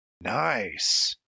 nice